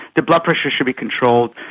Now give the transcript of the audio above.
the blood pressure should be controlled,